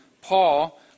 Paul